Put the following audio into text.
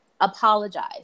apologize